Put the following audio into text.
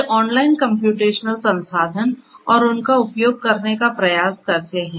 ये online computational संसाधन और उनका उपयोग करने का प्रयास करते हैं